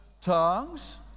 tongues